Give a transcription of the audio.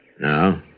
No